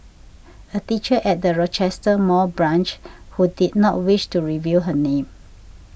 a teacher at the Rochester Mall branch who did not wish to reveal her name